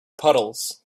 puddles